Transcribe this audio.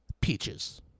peaches